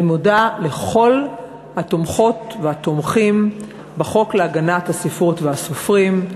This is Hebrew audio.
אני מודה לכל התומכות והתומכים בחוק להגנת הספרות והסופרים.